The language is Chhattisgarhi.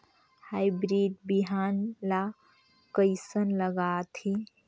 हाईब्रिड बिहान ला कइसन लगाथे?